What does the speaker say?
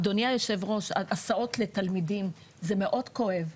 אדוני יושב הראש, הסעות לתלמידים זה מאוד כואב.